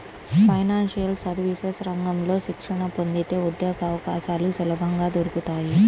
financial services రంగంలో శిక్షణ పొందితే ఉద్యోగవకాశాలు సులభంగా దొరుకుతాయి